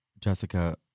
jessica